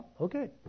Okay